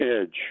Edge